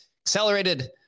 accelerated